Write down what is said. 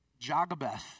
Jagabeth